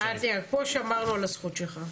פה שמרנו על הזכות שלך.